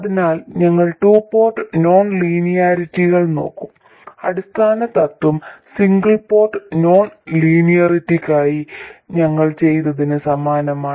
അതിനാൽ ഞങ്ങൾ two port non ലീനിയാരിറ്റികൾ നോക്കും അടിസ്ഥാന തത്വം സിംഗിൾ പോർട്ട് നോൺ ലീനിയറിറ്റികൾക്കായി ഞങ്ങൾ ചെയ്തതിന് സമാനമാണ്